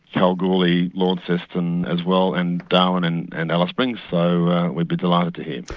kalgoorlie, launceston as well and darwin and and alice springs. so we'd be delighted to hear.